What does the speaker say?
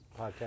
podcast